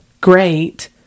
great